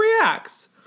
reacts